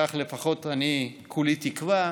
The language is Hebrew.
כך לפחות אני כולי תקווה.